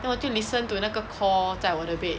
then 我就 listen to 那个 call 在我的 bed